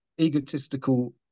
egotistical